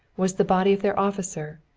was the body of their officer,